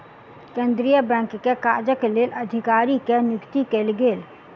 केंद्रीय बैंक के काजक लेल अधिकारी के नियुक्ति कयल गेल